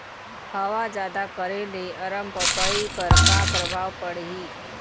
हवा जादा करे ले अरमपपई पर का परभाव पड़िही?